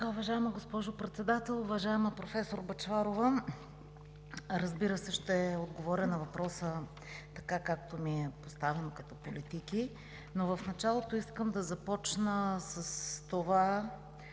ТАНЕВА: Уважаема госпожо Председател, уважаема професор Бъчварова! Разбира се, ще отговоря на въпроса така, както ми е поставено като политики. Но в началото искам да започна с малко